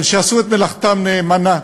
על שעשו את מלאכתם נאמנה.